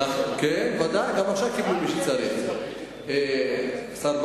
למי שצריך, כן.